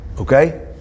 Okay